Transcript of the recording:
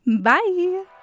Bye